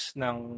ng